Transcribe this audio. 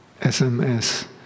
SMS